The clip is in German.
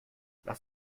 lass